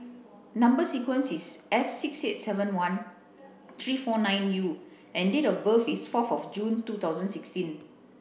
number sequence is S six eight seven one three four nine U and date of birth is forth of June two thousand sixteen